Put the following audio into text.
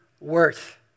worth